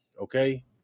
okay